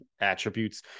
attributes